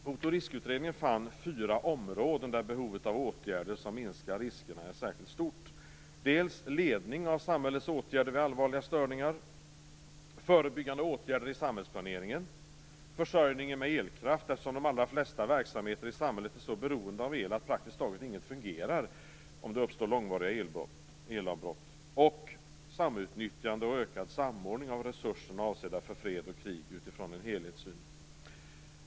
Hot och riskutredningen fann fyra områden där behovet av åtgärder som minskar riskerna är särskilt stort: ledning av samhällets åtgärder vid allvarliga störningar förebyggande åtgärder i samhällsplaneringen försörjningen med elkraft, eftersom de allra flesta verksamheter i samhället är så beroende av el att praktiskt taget ingenting fungerar om det uppstår långvariga elavbrott samutnyttjande och ökad samordning av resurserna avsedda för fred och och krig utifrån en helhetssyn.